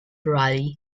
rally